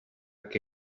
que